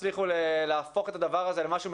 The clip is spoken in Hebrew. הצליחו להפוך את הדבר הזה למשהו משותף.